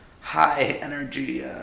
high-energy